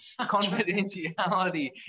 confidentiality